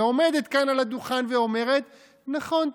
ועומדת כאן על הדוכן ואומרת: נכון,